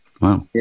wow